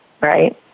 right